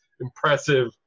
impressive